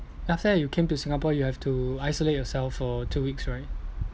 after that you came to Singapore you have to isolate yourself for two weeks right